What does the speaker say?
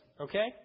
Okay